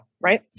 right